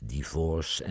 Divorce